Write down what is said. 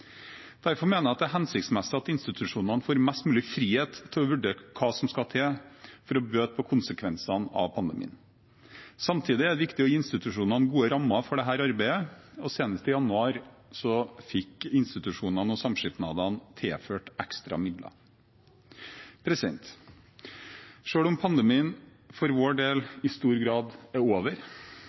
Derfor mener jeg det er hensiktsmessig at institusjonene får mest mulig frihet til å vurdere hva som skal til for å bøte på konsekvensene av pandemien. Samtidig er det viktig å gi institusjonene gode rammer for dette arbeidet, og senest i januar fikk institusjonene og samskipnadene tilført ekstra midler. Selv om pandemien for vår del i stor grad er over